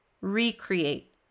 recreate